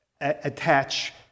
attach